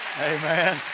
Amen